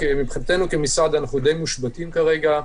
מבחינתנו כמשרד אנחנו די מושבתים כרגע,